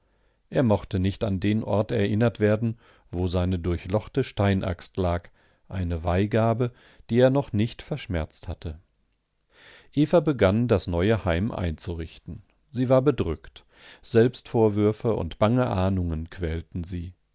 er mochte nicht an den ort erinnert werden wo seine durchlochte steinaxt lag eine weihgabe die er noch nicht verschmerzt hatte eva begann das neue heim einzurichten sie war bedrückt selbstvorwürfe und bange ahnungen quälten sie